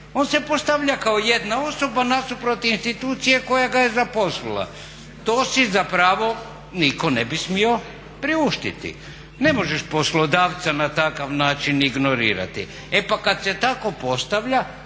On se postavlja kao jedna osoba nasuprot institucije koja ga je zaposlila. To si za pravo nitko ne bi smio priuštiti. Ne možeš poslodavca na takav način ignorirati. E pa kada se tako postavlja